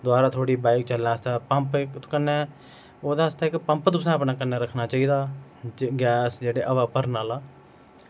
दवारा थुआढ़ी बाईक चलने आस्तै पम्प कन्नै ओह्दै आस्ता पम्प तुसैं अपनै कन्नै रक्खना चाहिदा गैर जेह्ड़ा हवा भरने आह्ला